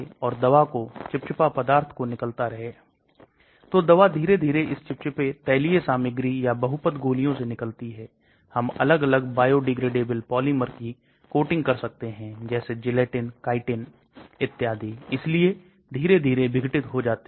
और आजकल और भोजन की भी परस्पर क्रियाएं देखने को मिलती हैं क्योंकि कुछ दवाएं भोजन के साथ अच्छे नहीं होते और कुछ दबाएं भोजन की उपलब्धता में विनियमित हो जाते हैं